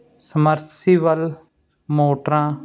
submersible ਮੋਟਰਾਂ